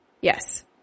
Yes